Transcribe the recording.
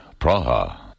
Praha